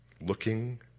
Looking